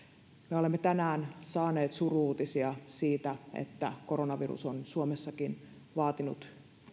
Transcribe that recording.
me olemme tänään saaneet suru uutisia siitä että koronavirus on suomessakin vaatinut